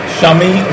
Shami